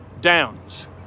Downs